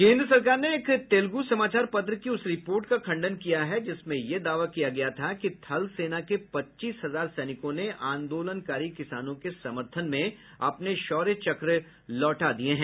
केन्द्र सरकार ने एक तेलुगु समाचार पत्र की उस रिपोर्ट का खंडन किया है जिसमें यह दावा किया गया था कि थल सेना के पच्चीस हजार सैनिकों ने आंदोलनकारी किसानों के समर्थन में अपने शौर्य चक्र लौटा दिए हैं